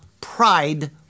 pride